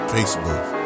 Facebook